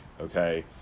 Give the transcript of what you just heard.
okay